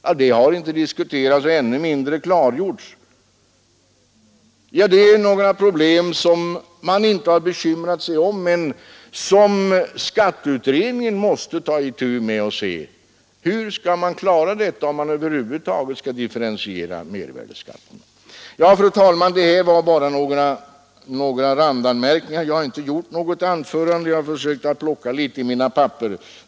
Det har ännu inte diskuterats och än mindre klargjorts. Detta är några problem som man inte bekymrat sig om men som skatteutredningen måste ta itu med och lösa om man över huvud taget skall differentiera mervärdeskatten. Fru talman! Det här var bara några randanmärkningar. Jag har inte satt ihop något anförande; jag har nu bara plockat litet bland mina papper.